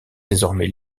désormais